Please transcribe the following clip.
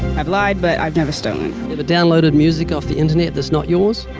i've lied, but i've never stolen. you ever downloaded music off the internet that's not yours?